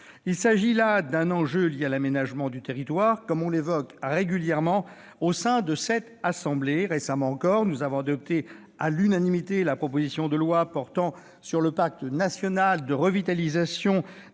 Il s'agit là d'un enjeu lié à l'aménagement du territoire, comme on l'évoque régulièrement au sein de cette assemblée. Récemment encore, nous avons adopté à l'unanimité la proposition de loi portant Pacte national de revitalisation